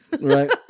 Right